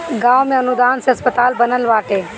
गांव में अनुदान से अस्पताल बनल बाटे